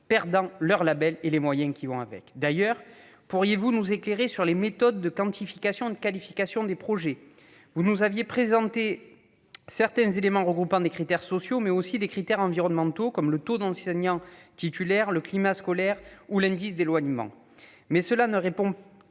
perdant leur label et les moyens qui vont avec. D'ailleurs, madame la secrétaire d'État, pourriez-vous nous éclairer sur les méthodes de quantification et de qualification des projets ? Vous nous aviez présenté certains éléments regroupant des critères sociaux, mais aussi des critères environnementaux comme le taux d'enseignants titulaires, le climat scolaire ou l'indice d'éloignement, mais cela ne répond pas